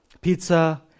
Pizza